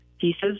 pieces